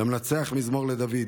"למנצח מזמור לדוד.